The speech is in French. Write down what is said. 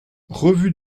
revue